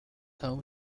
home